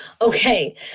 Okay